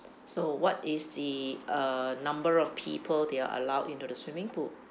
so what is the uh number of people they are allowed into the swimming pool